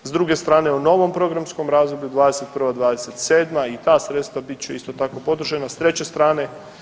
S druge strane u novom programskom razdoblju '21.-'27. i ta sredstva bit će isto tako podržana s treće strane.